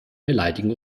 beleidigen